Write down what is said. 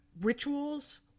rituals